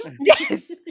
Yes